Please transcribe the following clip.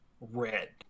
Red